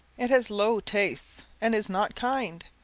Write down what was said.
it has low tastes, and is not kind.